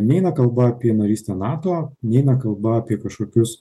neina kalba apie narystę nato neina kalba apie kažkokius